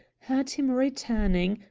heard him returning,